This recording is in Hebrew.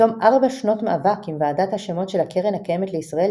בתום ארבע שנות מאבק עם ועדת השמות של הקרן הקיימת לישראל,